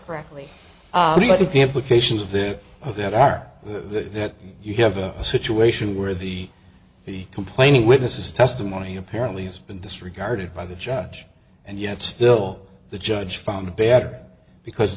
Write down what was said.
correctly i think the implications of that of that are that you have a situation where the the complaining witness testimony apparently has been disregarded by the judge and yet still the judge found better because it